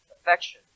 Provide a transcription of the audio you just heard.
affection